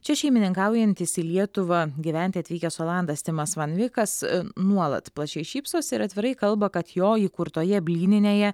čia šeimininkaujantis į lietuvą gyventi atvykęs olandas timas van vikas nuolat plačiai šypsosi ir atvirai kalba kad jo įkurtoje blyninėje